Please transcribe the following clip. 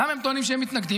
למה הם טוענים שהם מתנגדים?